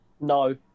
No